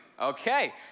Okay